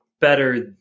better